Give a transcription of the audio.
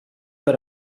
per